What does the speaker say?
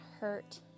hurt